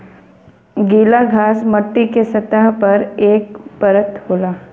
गीला घास मट्टी के सतह पर एक परत होला